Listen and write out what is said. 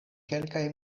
kelkaj